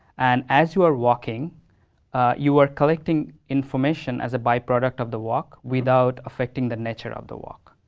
and as you are working you are collecting information as a by-product of the work without affecting the nature of the work.